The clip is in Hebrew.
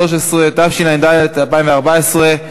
התשע"ד 2014,